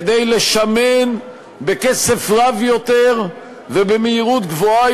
כדי לשמן בכסף רב יותר ובמהירות גבוהה